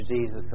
Jesus